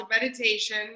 meditation